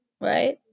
right